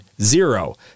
zero